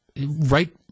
right